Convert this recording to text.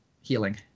healing